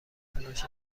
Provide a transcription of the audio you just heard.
فلاش